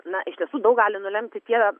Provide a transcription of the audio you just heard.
na iš tiesų daug gali nulemti tie